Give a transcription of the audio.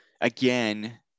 again